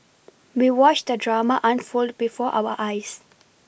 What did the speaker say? we watched the drama unfold before our eyes